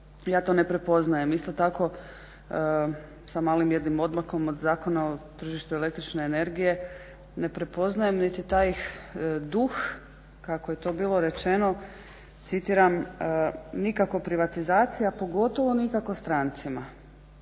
ja to ne prepoznajem. Isto tako sa malim jednim odmakom od Zakona o tržištu električne energije ne prepoznajem niti taj duh kako je to bilo rečeno. Citiram nikako privatizacija, pogotovo nikako strancima.